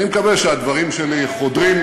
אני מקווה שהדברים שלי חודרים,